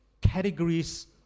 categories